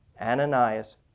Ananias